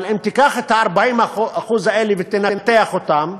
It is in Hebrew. אבל אם תיקח את ה-40% האלה ותנתח אותם,